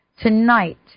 Tonight